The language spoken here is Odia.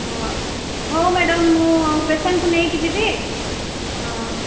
ହଁ ହଉ ମ୍ୟାଡ଼ାମ୍ ମୁଁ ପେସେଣ୍ଟ୍କୁ ନେଇକି ଯିବି ହଁ